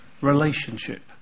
relationship